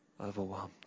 overwhelmed